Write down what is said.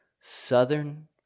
Southern